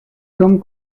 son